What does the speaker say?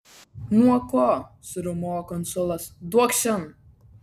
nuo ko suriaumojo konsulas duokš šen